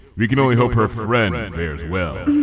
we can only hope her friend and fairs well.